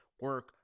Work